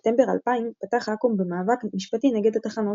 בספטמבר 2000 פתח אקו"ם במאבק משפטי נגד התחנות.